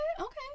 okay